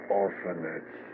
orphanage